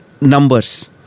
numbers